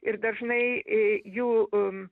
ir dažnai jų